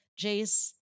Jace